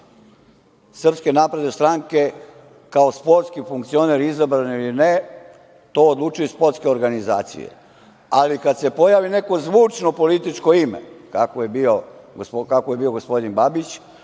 li je neki član SNS kao sportski funkcioner izabran ili ne, to odlučuju sportske organizacije, ali kada se pojavi neko zvučno političko ime, kako je bio gospodin Babić,